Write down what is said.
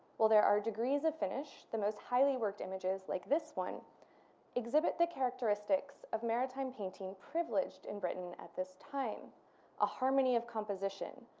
well there are degrees of finished the most highly worked images like this one exhibit the characteristics of maritime painting privileged in britain at this time a harmony of composition,